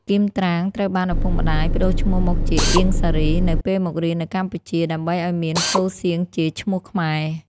គីម ត្រាង ត្រូវបានឳពុកម្តាយ ប្តូរឈ្មោះមកជា អៀង សារី នៅពេលមករៀននៅកម្ពុជា ដើម្បីឱ្យមានសូរសៀងជាឈ្មោះខ្មែរ។